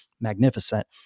magnificent